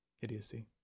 idiocy